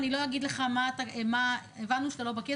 הבנו שאתה לא בקיא,